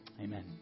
amen